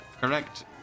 correct